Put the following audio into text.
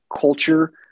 culture